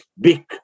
big